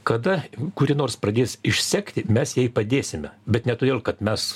kada kuri nors pradės išsekti mes jai padėsime bet ne todėl kad mes